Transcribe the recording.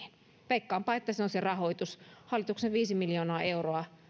veikkaanpa että se on se rahoitus hallituksen viisi miljoonaa euroa